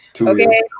Okay